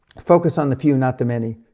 focus on the few, not the many.